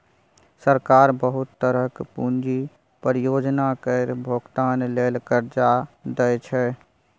सरकार बहुत तरहक पूंजी परियोजना केर भोगतान लेल कर्जा दइ छै